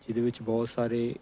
ਜਿਹਦੇ ਵਿੱਚ ਬਹੁਤ ਸਾਰੇ